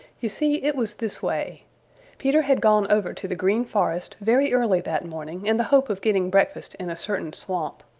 you see it was this way peter had gone over to the green forest very early that morning in the hope of getting breakfast in a certain swamp.